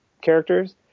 characters